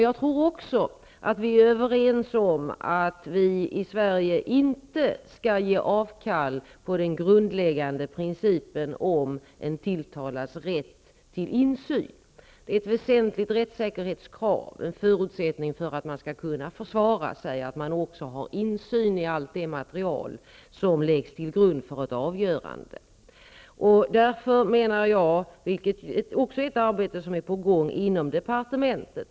Jag tror också att vi är överens om att vi i Sverige inte avstå från den grundläggande principen om en tilltalads rätt till insyn. Det är ett väsentligt rättssäkerhetskrav och en förutsättning för att man skall kunna försvara sig att man också har insyn i hela det material som läggs till grund för ett avgörande. Även här är ett arbete på gång inom departementet.